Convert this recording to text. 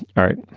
all right.